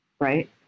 right